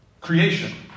creation